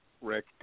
Rick